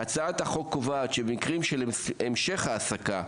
הצעת החוק קובעת שבמקרים של המשך ההעסקה,